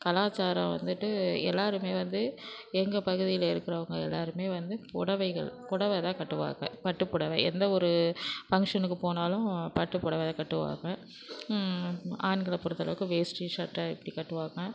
கலாச்சாரம் வந்துட்டு எல்லாருமே வந்து எங்கள் பகுதியில இருக்கிறவுங்க எல்லாருமே வந்து புடவைகள் புடவலாம் கட்டுவாங்கள் பட்டு புடவை எந்த ஒரு ஃபங்க்ஷனுக்கு போனாலும் பட்டு புடவ கட்டுவாங்கள் ஆண்களை பொறுத்த அளவுக்கு வேஷ்டி சட்டை இப்படி கட்டுவாங்கள்